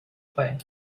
play